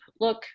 look